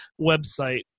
website